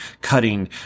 cutting